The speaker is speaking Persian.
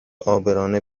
عابران